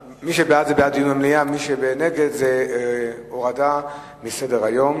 מי שנגד זה להורדה מסדר-היום.